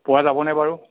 পোৱা যাবনে বাৰু